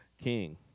king